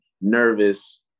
nervous